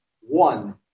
one